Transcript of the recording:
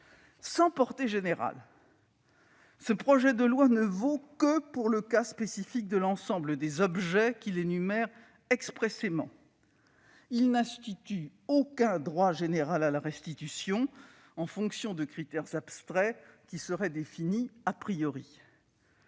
Sans portée générale, ce projet de loi ne vaut que pour le cas spécifique de l'ensemble des objets qu'il énumère expressément. Il n'institue aucun « droit général à la restitution », en fonction de critères abstraits qui seraient définis. La voie